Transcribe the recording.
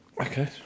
Okay